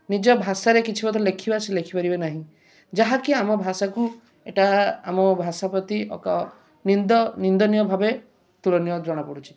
ନିଜ ଭାଷାରେ କିଛି ଗୋଟେ ଲେଖିବା ସେ ମଧ୍ୟ ଲେଖିପାରିବେ ନାହିଁ ଯାହାକି ଆମ ଭାଷାକୁ ଏଟା ଆମ ଭାଷା ପ୍ରତି ଏକ ନିନ୍ଦନୀୟ ଭାବେ ତୁଳନୀୟ ଜଣାପଡ଼ୁଛି